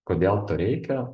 kodėl to reikia